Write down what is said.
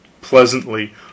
pleasantly